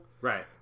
Right